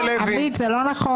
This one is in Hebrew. עמית, זה פשוט לא נכון.